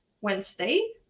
wednesday